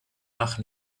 nach